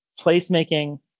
placemaking